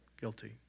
guilty